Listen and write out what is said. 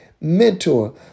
mentor